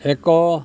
ଏକ